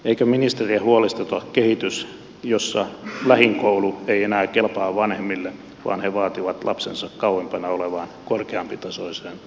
eikö ministeriä huolestuta kehitys jossa lähin koulu ei enää kelpaa vanhemmille vaan he vaativat lapsensa kauempana olevaan korkeampitasoiseen peruskouluun